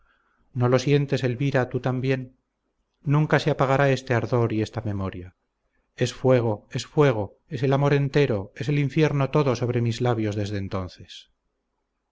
no lo sientes elvira tú también nunca se apagará este ardor y esta memoria es fuego es fuego es el amor entero es el infierno todo sobre mis labios desde entonces